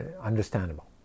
understandable